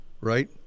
right